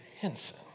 Henson